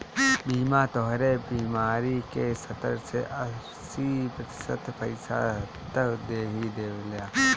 बीमा तोहरे बीमारी क सत्तर से अस्सी प्रतिशत पइसा त देहिए देवेला